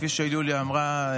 כפי שיוליה אמרה,